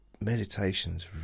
Meditation's